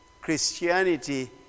Christianity